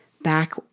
back